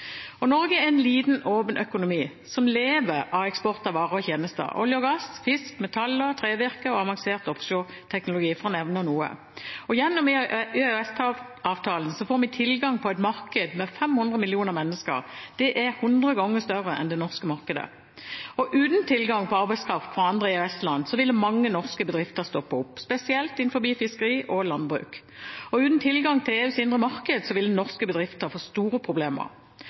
dimensjon. Norge er en liten, åpen økonomi, som lever av eksport av varer og tjenester – olje og gass, fisk, metaller, trevirke og avansert offshoreteknologi, for å nevne noen. Gjennom EØS-avtalen får vi tilgang til et marked med 500 millioner mennesker. Det er 100 ganger større enn det norske markedet. Og uten tilgang på arbeidskraft fra andre EØS-land ville mange norske bedrifter stoppet opp, spesielt innenfor fiskeri og landbruk. Uten tilgang til EUs indre marked ville norske bedrifter få store problemer.